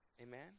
Amen